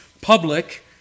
public